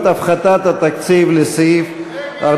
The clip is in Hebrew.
61. הסתייגויות תוספת התקציב לסעיף זה לא התקבלו.